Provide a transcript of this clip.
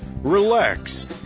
Relax